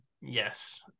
Yes